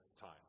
time